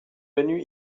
venu